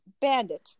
bandit